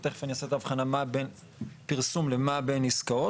ותכף אני אעשה את ההבחנה מה בין פרסום למה בין עסקאות.